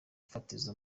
fatizo